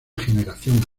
generación